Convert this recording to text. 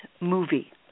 Movie